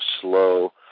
slow